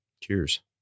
Cheers